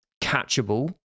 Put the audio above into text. catchable